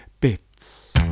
Bits